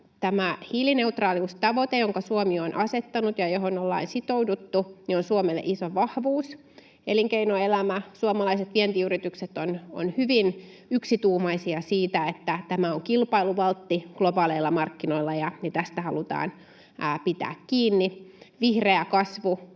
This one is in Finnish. tämä hiilineutraaliustavoite, jonka Suomi on asettanut ja johon ollaan sitouduttu, on Suomelle iso vahvuus. Elinkeinoelämä ja suomalaiset vientiyritykset ovat hyvin yksituumaisia siitä, että tämä on kilpailuvaltti globaaleilla markkinoilla ja tästä halutaan pitää kiinni. Vihreä kasvu